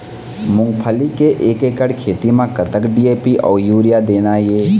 मूंगफली के एक एकड़ खेती म कतक डी.ए.पी अउ यूरिया देना ये?